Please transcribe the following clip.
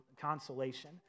consolation